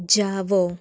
જાવ